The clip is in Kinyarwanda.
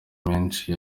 menshi